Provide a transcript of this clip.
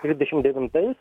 trisdešim devintais